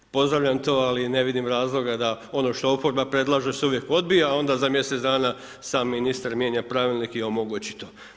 Pozdravljam to, ali ne vidim razloga da ono što oporba predlaže se uvijek odbija, a onda za mjesec dana sam ministar mijenja pravilnik i omogući to.